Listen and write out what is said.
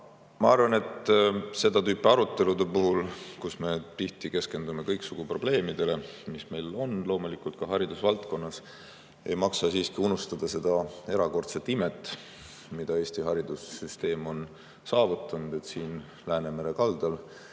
Ma arvan, et seda tüüpi arutelude puhul, kui me keskendume kõiksugu probleemidele, mis meil loomulikult on ka haridusvaldkonnas, ei maksa siiski unustada seda erakordset imet, mille Eesti haridussüsteem on saavutanud. Siin Läänemere kaldal